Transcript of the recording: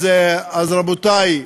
אז, רבותי,